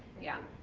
yeah,